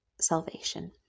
salvation